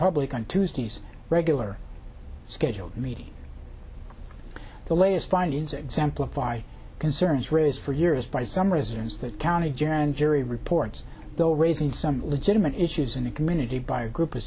public on tuesday's regular scheduled meeting the latest findings exemplify concerns raised for years by some residents that county general and jury reports though raising some legitimate issues in the community by a group of